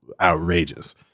outrageous